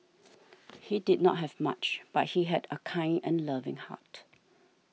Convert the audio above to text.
he did not have much but he had a kind and loving heart